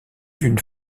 d’une